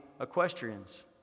equestrians